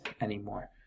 anymore